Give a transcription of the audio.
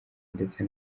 ndetse